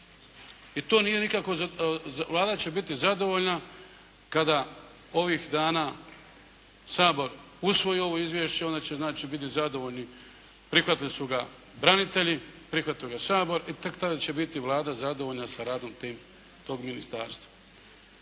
to ostvarivali. Vlada će biti zadovoljna kada ovih dana Sabor usvoji ovo izvješće, onda će znači biti zadovoljni, prihvatili su ga branitelji, prihvatio ga Sabor i tek tada će biti Vlada zadovoljna sa radom tog ministarstva.